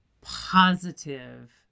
positive